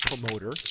promoter